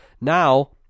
now